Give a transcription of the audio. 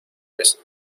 vez